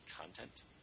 content